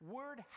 word